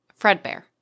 Fredbear